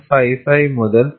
55 മുതൽ 2